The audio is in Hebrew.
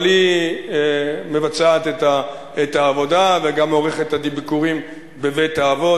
אבל היא מבצעת את העבודה וגם עורכת ביקורים בבית-האבות,